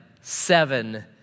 seven